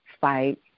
fight